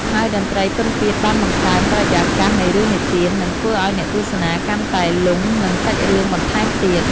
ហើយតន្ត្រីពិណពាទ្យបានបង្កើនបរិយាកាសនៃរឿងនិទាន និងធ្វើឲ្យអ្នកទស្សនាកាន់តែលង់នឹងសាច់រឿងបន្ថែមទៀត។